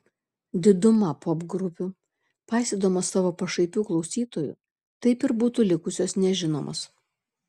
diduma popgrupių paisydamos savo pašaipių klausytojų taip ir būtų likusios nežinomos